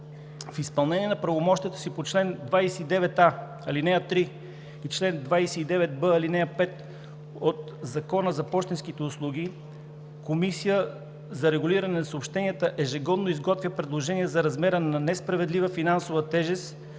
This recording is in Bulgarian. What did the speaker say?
В изпълнение на правомощията си по чл. 29а, ал. 3 и чл. 29б, ал. 5 от Закона за пощенските услуги Комисията за регулиране на съобщенията ежегодно изготвя предложения за размера на несправедлива финансова тежест,